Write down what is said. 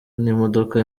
n’imodoka